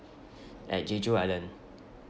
at jeju island